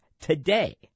today